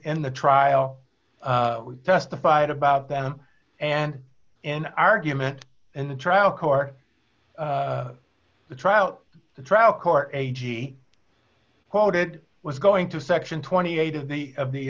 the trial we testified about them and in argument in the trial court the trial the trial court a g quoted was going to section twenty eight of the of the